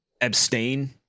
abstain